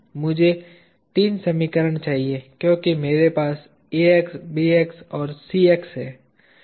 मुझे 3 समीकरण चाहिए क्योंकि मेरे पास Ax Bx और Cx है